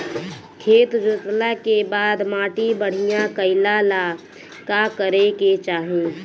खेत जोतला के बाद माटी बढ़िया कइला ला का करे के चाही?